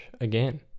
again